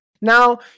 now